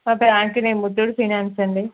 మా bank name Muthoot finance అండి